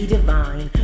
Divine